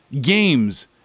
games